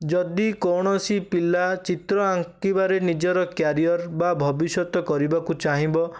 ଯଦି କୌଣସି ପିଲା ଚିତ୍ର ଆଙ୍କିବାରେ ନିଜର କ୍ୟାରିୟର ବା ଭବିଷ୍ୟତ କରିବାକୁ ଚାହିଁବ